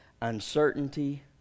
uncertainty